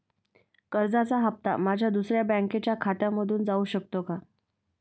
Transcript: कर्जाचा हप्ता माझ्या दुसऱ्या बँकेच्या खात्यामधून जाऊ शकतो का?